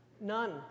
None